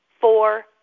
four